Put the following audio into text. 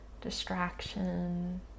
distraction